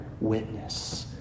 witness